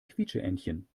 quietscheentchen